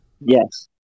Yes